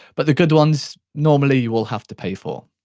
but the good ones, normally, you will have to pay for.